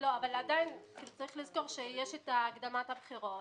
צריך לזכור שבהקדמת בחירות